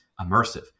immersive